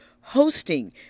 hosting